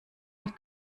mit